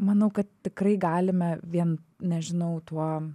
manau kad tikrai galime vien nežinau tuo